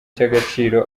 cy’agaciro